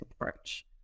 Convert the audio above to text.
approach